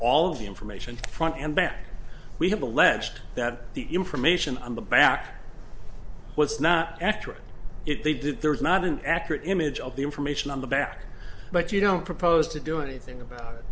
of the information front and back we have alleged that the information on the back what's not accurate if they did there is not an accurate image of the information on the back but you don't propose to do anything about it